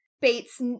Bates